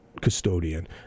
custodian